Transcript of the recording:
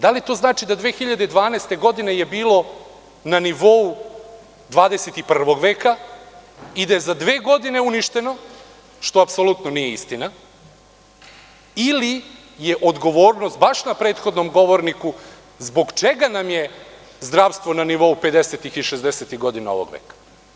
Da li to znači da 2012. godine je bilo na nivou 21. veka i da je za dve godine uništeno, što apsolutno nije istina, ili je odgovornost baš na prethodnom govorniku zbog čega nam je zdravstvo na nivou pedesetih i šezdesetih godina prošlog veka?